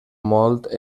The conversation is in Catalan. molt